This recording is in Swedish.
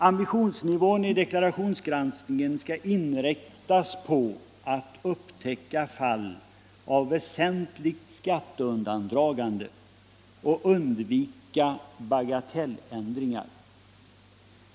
Ambitionsnivån vid deklarationsgranskningen skall vara sådan att arbetet inriktas på att upptäcka fall av väsentligt skatteundandragande och att undvika bagatelländringar.